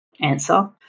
answer